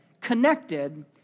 connected